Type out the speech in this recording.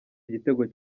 igitego